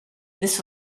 this